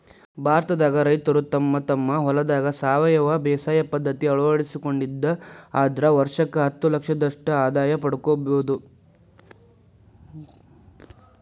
ಭಾರತದಾಗ ರೈತರು ತಮ್ಮ ತಮ್ಮ ಹೊಲದಾಗ ಸಾವಯವ ಬೇಸಾಯ ಪದ್ಧತಿ ಅಳವಡಿಸಿಕೊಂಡಿದ್ದ ಆದ್ರ ವರ್ಷಕ್ಕ ಹತ್ತಲಕ್ಷದಷ್ಟ ಆದಾಯ ಪಡ್ಕೋಬೋದು